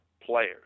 players